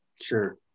Sure